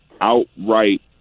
outright